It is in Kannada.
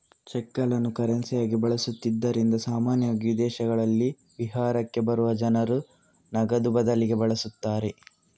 ಚೆಕ್ಗಳನ್ನು ಕರೆನ್ಸಿಯಾಗಿ ಬಳಸುತ್ತಿದ್ದುದರಿಂದ ಸಾಮಾನ್ಯವಾಗಿ ವಿದೇಶಗಳಲ್ಲಿ ವಿಹಾರಕ್ಕೆ ಬರುವ ಜನರು ನಗದು ಬದಲಿಗೆ ಬಳಸುತ್ತಾರೆ